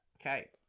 Okay